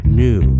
new